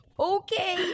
Okay